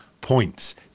points